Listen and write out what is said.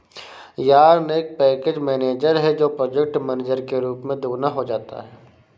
yarn एक package manager है जो प्रोजेक्ट मैनेजर के रूप में दोगुना हो जाता है